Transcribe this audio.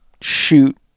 shoot